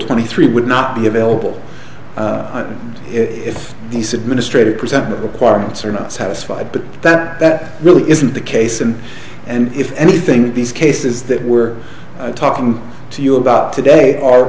twenty three would not be available if he said ministry to present requirements are not satisfied but that that really isn't the case and and if anything these cases that we're talking to you about today are